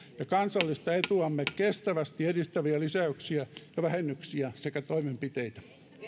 ja kansallista etuamme kestävästi edistäviä lisäyksiä ja vähennyksiä sekä toimenpiteitä